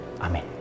Amen